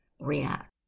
react